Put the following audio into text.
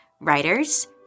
Writers